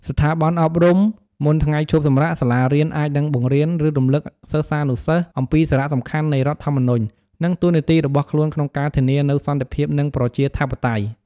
ស្ថាប័នអប់រំ មុនថ្ងៃឈប់សម្រាក សាលារៀនអាចនឹងបង្រៀន ឬរំលឹកសិស្សានុសិស្សអំពីសារៈសំខាន់នៃរដ្ឋធម្មនុញ្ញ និងតួនាទីរបស់ខ្លួនក្នុងការធានានូវសន្តិភាព និងប្រជាធិបតេយ្យ។